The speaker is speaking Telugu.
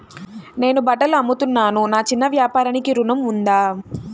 నేను బట్టలు అమ్ముతున్నాను, నా చిన్న వ్యాపారానికి ఋణం ఉందా?